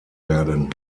werden